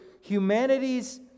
humanity's